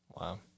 Wow